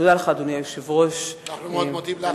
אדוני היושב-ראש, אני מודה לך.